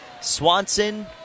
Swanson